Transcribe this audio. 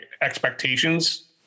expectations